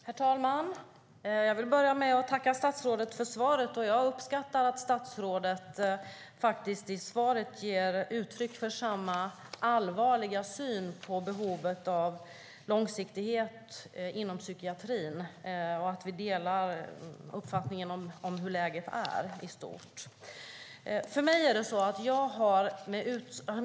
Herr talman! Jag vill börja med att tacka statsrådet för svaret. Jag uppskattar att statsrådet i svaret faktiskt ger uttryck för en allvarlig syn på behovet av långsiktighet inom psykiatrin och att vi delar uppfattningen om hur läget är i stort.